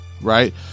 right